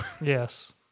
Yes